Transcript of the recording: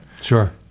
Sure